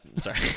Sorry